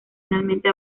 finalmente